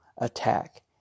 attack